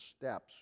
steps